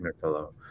fellow